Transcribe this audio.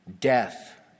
death